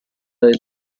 del